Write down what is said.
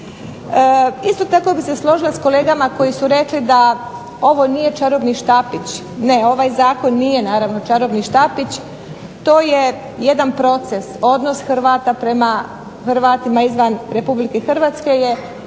Isto tako bih se složila s kolegama koji su rekli da ovo nije čarobni štapić. Ne ovaj zakon nije naravno čarobni štapić. To je jedan proces, odnos Hrvata prema Hrvatima izvan RH je sigurno jedan